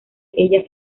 ella